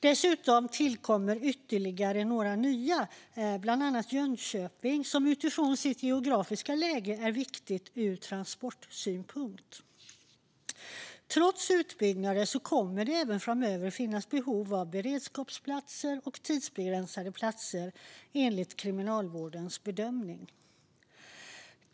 Dessutom tillkommer ytterligare platser - bland annat i Jönköping, som med sitt geografiska läge är viktigt ur transportsynpunkt. Trots utbyggnader kommer det även framöver att finnas behov av beredskapsplatser och tidsbegränsade platser, enligt Kriminalvårdens bedömning.